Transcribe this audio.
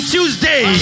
Tuesday